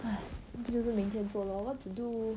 !hais! 不就是明天做 lor what to do